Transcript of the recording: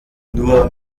nur